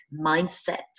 mindset